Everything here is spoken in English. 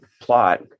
plot